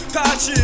Catch